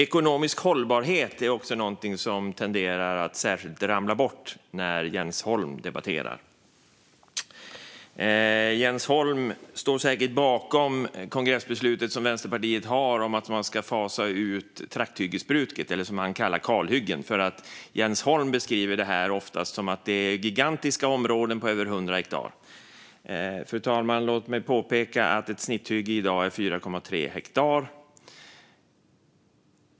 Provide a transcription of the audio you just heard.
Ekonomisk hållbarhet är något som tenderar att ramla bort när Jens Holm debatterar. Jens Holm står säkert bakom Vänsterpartiets kongressbeslut om att man ska fasa ut trakthyggesbruket, eller det som han kallar kalhyggen, för Jens Holm beskriver det oftast som att det är gigantiska områden på över 100 hektar. Låt mig, fru talman, påpeka att ett snitthygge i dag är 4,3 hektar.